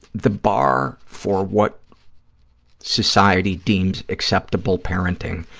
the bar for what society deems acceptable parenting